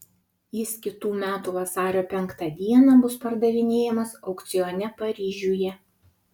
jis kitų metų vasario penktą dieną bus pardavinėjamas aukcione paryžiuje